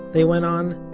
they went on,